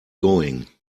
going